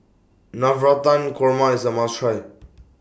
Navratan Korma IS A must Try